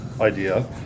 idea